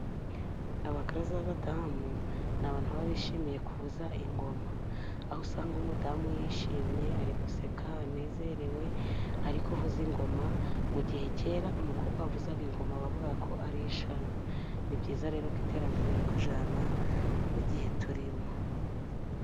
Abakaraza b'abadamu ni abantu baba bishimiye kuvuza ingoma, aho usanga umudamu yishimye ari guseka anezerewe, ariko uvuza ingoma mu gihe kera umukobwa wavuzaga ingoma bavuga ko ari ishyano ni byiza rero ko iterambere rikujyana mu gihe turimo.